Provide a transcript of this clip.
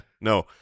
no